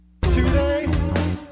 Today